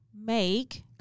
make